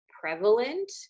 prevalent